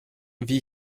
wie